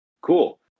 Cool